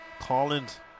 Collins